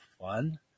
fun